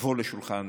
תבוא לשולחן